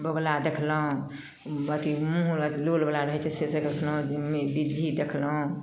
बौगुला देखलहुँ अथी मुँहवला लोलवला रहै छै से सब देखलहुँ बिज्जी देखलहुँ